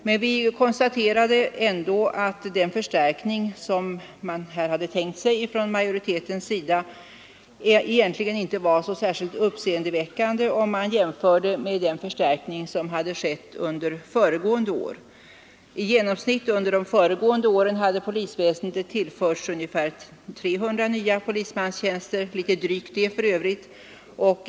Men vi konstaterade ändå att den förstärkning som man här hade tänkt sig från majoritetens sida egentligen inte var särskilt uppseendeväckande jämfört med den förstärkning som hade skett under föregående år. I genomsnitt hade under de föregående åren polisväsendet tillförts ungefär 300 nya polismanstjänster — litet drygt detta antal för övrigt.